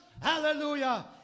Hallelujah